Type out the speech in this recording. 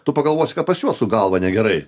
tu pagalvosi kad pas juos su galva negerai